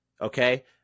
Okay